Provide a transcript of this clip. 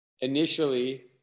initially